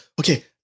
Okay